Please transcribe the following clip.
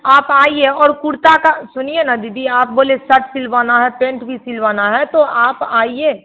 आप आइए और कुर्ता का सुनिए ना दीदी आप बोले सर्ट सिलवाना है पेंट भी सिलवाना है तो आप आइए